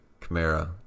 Kamara